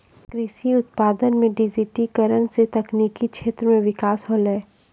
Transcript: कृषि उत्पादन मे डिजिटिकरण से तकनिकी क्षेत्र मे बिकास होलै